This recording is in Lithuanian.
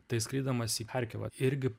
tai skrisdamas į charkivą irgi